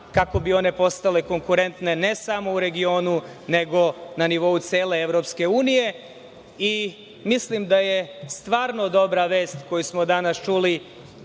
kako bi one postale konkurentne, ne samo u regionu, nego na nivou cele EU.Mislim da je stvarno dobra vest, koju smo danas čuli,